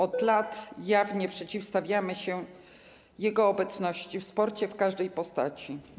Od lat jawnie przeciwstawiamy się jego obecności w sporcie w każdej postaci.